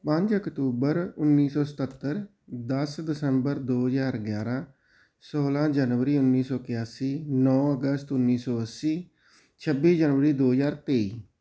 ਪੰਜ ਅਕਤੂਬਰ ਉੱਨੀ ਸੌ ਸਤੱਤਰ ਦਸ ਦਸੰਬਰ ਦੋ ਹਜ਼ਾਰ ਗਿਆਰਾਂ ਸੋਲ੍ਹਾਂ ਜਨਵਰੀ ਉੱਨੀ ਸੌ ਇਕਿਆਸੀ ਨੌਂ ਅਗਸਤ ਉੱਨੀ ਸੌ ਅੱਸੀ ਛੱਬੀ ਜਨਵਰੀ ਦੋ ਹਜ਼ਾਰ ਤੇਈ